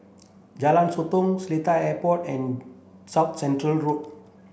Jalan Sotong Seletar Airport and South Canal Road